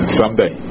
someday